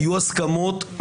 היו הסכמות.